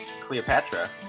cleopatra